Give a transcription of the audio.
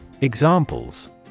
Examples